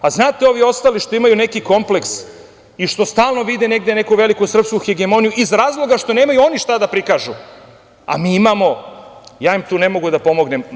Znate, ovi ostali što imaju neki kompleks i što stalno vide negde neku veliku srpsku hegemoniju, iz razloga što nemaju oni šta da prikažu, a mi imamo, ja im tu ne mogu pomoći.